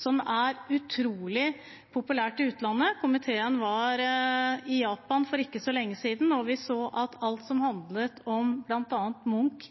som er utrolig populært i utlandet. Komiteen var i Japan for ikke så lenge siden, og vi så at alt som handlet om bl.a. Munch,